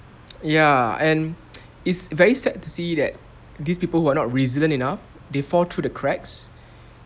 ya and it's very sad to see that these people who are not resilient enough they fall through the cracks